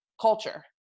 culture